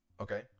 Okay